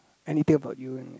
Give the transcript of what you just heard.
anything about you